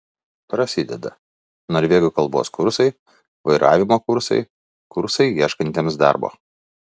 prasideda norvegų kalbos kursai vairavimo kursai kursai ieškantiems darbo